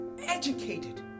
educated